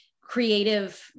creative